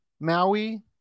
maui